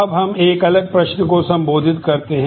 अब हम एक अलग प्रश्न को संबोधित करते हैं